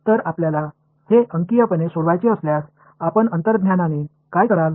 तर आपल्याला हे अंकीयपणे सोडवायचे असल्यास आपण अंतर्ज्ञानाने काय कराल